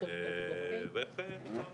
תודה רבה,